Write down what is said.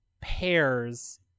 pairs